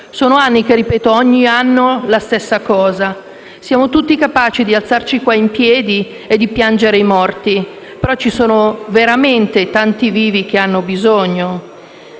Sono anni che ripeto ogni anno la stessa cosa. Siamo tutti capaci di alzarci qua in piedi e di piangere i morti; però ci sono veramente tanti vivi che hanno bisogno.